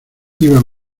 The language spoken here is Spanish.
iba